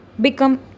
become